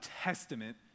testament